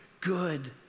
good